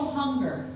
hunger